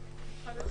למה